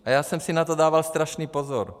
A já jsem si na to dával strašný pozor.